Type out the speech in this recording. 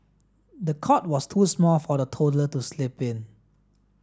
the cot was too small for the toddler to sleep in